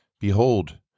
Behold